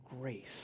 grace